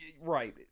Right